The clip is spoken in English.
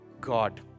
God